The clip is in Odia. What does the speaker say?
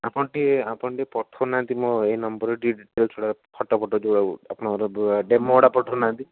ଆପଣ ଟିକିଏ ଆପଣ ଟିକିଏ ପଠାଉନାହାନ୍ତି ମୋ ଏଇ ନମ୍ବର୍ରେ ଟିକିଏ ଡିଟେଲସ୍ ଗୁଡ଼ାକ ଫୋଟ ଫୋଟ ଯେଉଁଗୁଡ଼ାକୁ ଆପଣଙ୍କର ଯେଉଁଗୁଡ଼ା ଡେମୋ ଗୁଡ଼ା ପଠାଉନାହାନ୍ତି